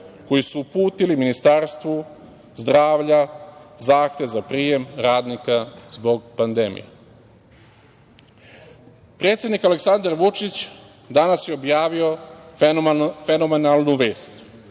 koji su uputili Ministarstvu zdravlja zahtev za prijem radnika zbog pandemije. Predsednik Aleksandar Vučić danas je objavio fenomenalnu vest